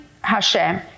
Hashem